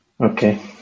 Okay